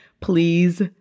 please